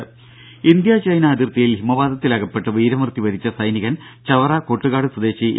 ദ്ദേ India China അതിർത്തിയിൽ ഹിമപാതത്തിൽ അകപ്പെട്ട് വീരമൃത്യുവരിച്ച സൈനികൻ ചവറ കൊട്ടുകാട് സ്വദേശി എ